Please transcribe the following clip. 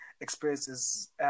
experiences